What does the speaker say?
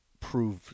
prove